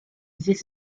this